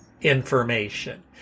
information